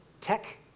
tech